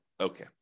Okay